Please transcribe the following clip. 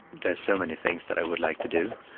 there are so many things that i would like to do.